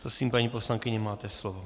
Prosím, paní poslankyně, máte slovo.